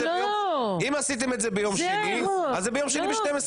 זה האירוע --- אם עשיתם את זה ביום שני אז זה ביום שני ב-12:00,